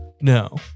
No